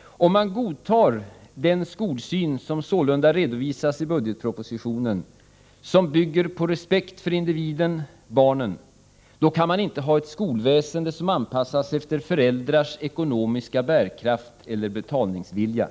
Om man godtar den i budgetpropositionen redovisade skolsynen som bygger på respekt för individen, barnen, kan man inte ha ett skolväsende, som anpassas efter föräldrars ekonomiska bärkraft eller betalningsvilja.